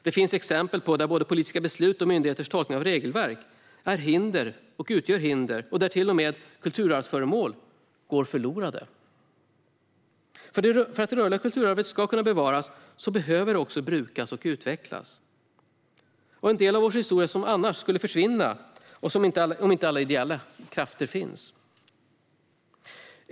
Det finns exempel på att både politiska beslut och myndigheters tolkningar av regelverk utgjort hinder och till och med lett till att kulturarvsföremål gått förlorade. För att det rörliga kulturarvet ska kunna bevaras behöver det också brukas och utvecklas. Det är en del av vår historia som skulle försvinna om inte alla ideella krafter fanns.